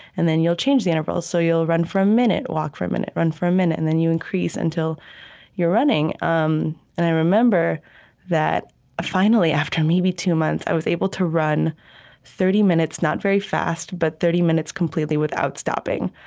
and then you'll change the intervals, so you'll run for a minute, walk for a minute, run for a minute, and then you increase until you're running um and i remember that finally, after maybe two months, i was able to run thirty minutes, not very fast, but thirty minutes completely without stopping.